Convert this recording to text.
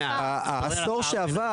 לנו פה את הנתונים של העשור שעבר